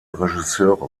regisseure